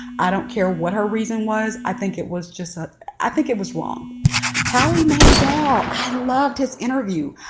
i don't care what her reason was i think it was just ah i think it was wrong howie mandel. i loved his interview.